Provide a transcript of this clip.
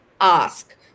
ask